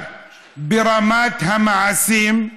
אבל ברמת המעשים,